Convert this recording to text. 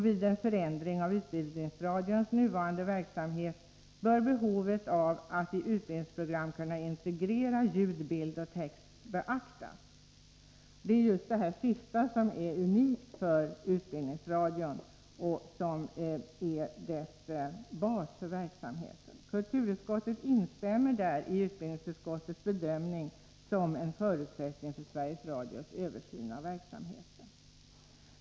Vid en förändring av utbildningsradions nuvarande verksamhet bör behovet av att i utbildningsprogram kunna integrera ljud, bild och text beaktas. Det är just detta sista som är unikt för utbildningsradion och som utgör basen för dess verksamhet. Kulturutskottet instämmer i utbildningsutskottets bedömning när det gäller förutsättningen för Sveriges Radios översyn av verksamheten.